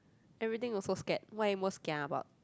everything also scared what are you most kia about